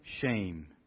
shame